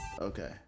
Okay